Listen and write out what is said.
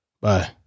Bye